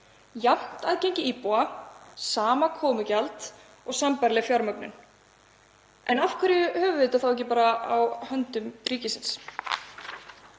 jafnt aðgengi íbúa, sama komugjald og sambærileg fjármögnun. En af hverju höfum við þetta ekki bara á höndum ríkisins?